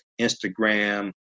Instagram